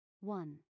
One